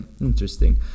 interesting